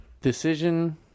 decision